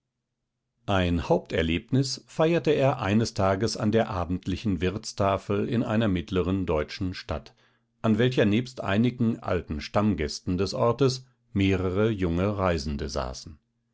ein haupterlebnis feierte er eines tages an der abendlichen wirtstafel in einer mittleren deutschen stadt an welcher nebst einigen alten stammgästen des ortes mehrere junge reisende saßen